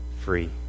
free